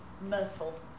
myrtle